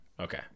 Okay